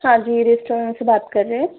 हाँ जी रेस्टोरेंट से बात कर रहे हैं